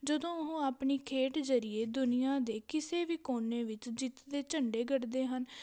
ਜਦੋਂ ਉਹ ਆਪਣੀ ਖੇਡ ਜ਼ਰੀਏ ਦੁਨੀਆ ਦੇ ਕਿਸੇ ਵੀ ਕੋਨੇ ਵਿੱਚ ਜਿੱਤ ਦੇ ਝੰਡੇ ਗੱਡਦੇ ਹਨ